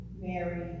Mary